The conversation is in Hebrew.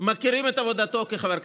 מכירים את עבודתו כחבר הכנסת,